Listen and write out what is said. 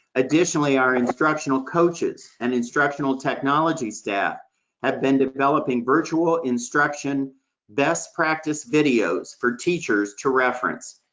additionally, our instructional coaches and instructional technology staff have been developing virtual instruction best practice videos for teachers to reference.